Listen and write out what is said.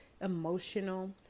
emotional